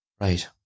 Right